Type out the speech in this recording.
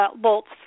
bolts